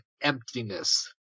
emptiness